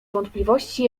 wątpliwości